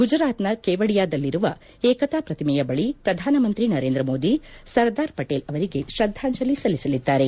ಗುಜರಾತ್ನ ಕೇವಡಿಯಾದಲ್ಲಿರುವ ಏಕತಾ ಪ್ರತಿಮೆಯ ಬಳಿ ಪ್ರಧಾನಮಂತ್ರಿ ನರೇಂದ್ರ ಮೋದಿ ಸರ್ದಾರ್ ಪಟೇಲ್ ಅವರಿಗೆ ಶ್ರದ್ದಾಂಜಲಿ ಸಲ್ಲಿಸಲಿದ್ದಾರೆ